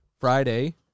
friday